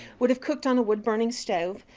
would have cooked on a wood-burning stove.